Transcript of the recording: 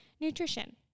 nutrition